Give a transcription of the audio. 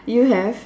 you have